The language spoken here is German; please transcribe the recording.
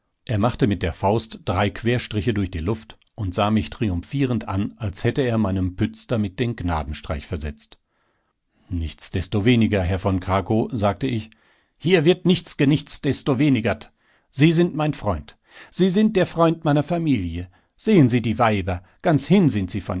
er machte mit der faust drei querstriche durch die luft und sah mich triumphierend an als hätte er meinem pütz damit den gnadenstreich versetzt nichtsdestoweniger herr von krakow sagte ich hier wird nichts genichtsdestowenigert sie sind mein freund sie sind der freund meiner familie sehen sie die weiber ganz hin sind sie